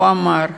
הוא אמר: